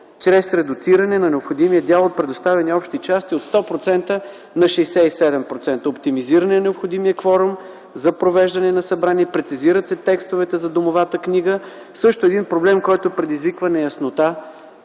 чрез редуциране на необходимия дял от предоставени общи части от 100% на 67%, оптимизиране на необходимия кворум за провеждане на събрания. Прецизират се текстовете за домовата книга – също един проблем, който предизвиква неяснота